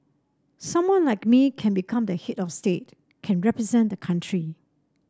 someone like me can become the head of state can represent the country